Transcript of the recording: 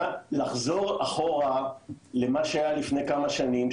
לחזור אחורה למה שהיה לפני כמה שנים,